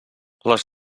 les